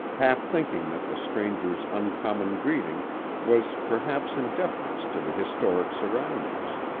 half thinking that the stranger's uncommon greeting was perhaps in deference to the historic surroundings.